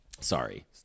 Sorry